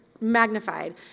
magnified